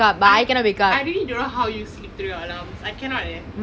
I I really don't know how you sleep through your alarms I cannot eh